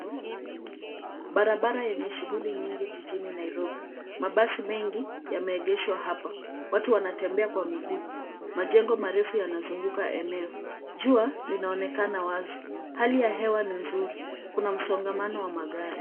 Barabara yenye shughuli nyingi jijini Nairobi. Mabasi mengi yameegeshwa hapa. Watu wanatembea kwa miguu. Majengo marefu yanazunguka eneo. Jua linaonekana wazi. Hali ya hewa ni nzuri. Kuna msongamano wa magari.